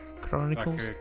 Chronicles